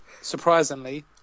surprisingly